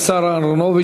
תודה לשר אהרונוביץ.